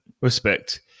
respect